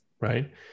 Right